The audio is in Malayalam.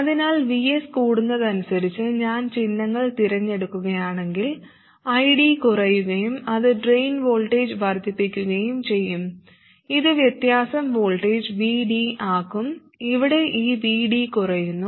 അതിനാൽ VS കൂടുന്നതിനനുസരിച്ച് ഞാൻ ചിഹ്നങ്ങൾ തിരഞ്ഞെടുക്കുകയാണെങ്കിൽ ID കുറയുകയും അത് ഡ്രെയിൻ വോൾട്ടേജ് വർദ്ധിപ്പിക്കുകയും ചെയ്യും ഇത് വ്യത്യാസം വോൾട്ടേജ് Vd ആക്കും ഇവിടെ ഈ Vd കുറയുന്നു